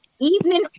evening